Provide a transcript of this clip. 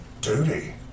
duty